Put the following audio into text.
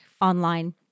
online